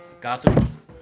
Gotham